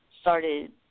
started